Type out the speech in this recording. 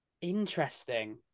Interesting